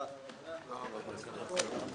הישיבה ננעלה בשעה